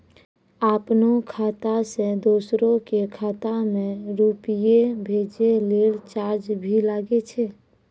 आपनों खाता सें दोसरो के खाता मे रुपैया भेजै लेल चार्ज भी लागै छै?